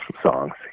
songs